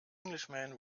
englishman